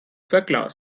verglast